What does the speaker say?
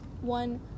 one